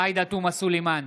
עאידה תומא סלימאן,